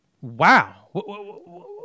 Wow